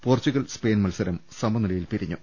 Portugal Spain മത്സരം സമനിലയിൽ പിരിഞ്ഞു